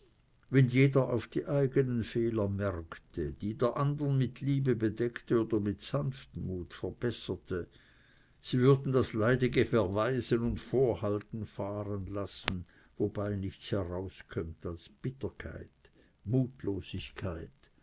wenn jeder auf die eigenen fehler merkte die der andern mit liebe bedeckte oder mit sanftmut verbesserte sie würden das leidige verweisen und vorhalten fahren lassen wobei nichts herauskömmt als bitterkeit mutlosigkeit